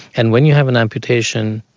and when you have an amputation,